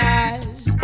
eyes